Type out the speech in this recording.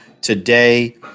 today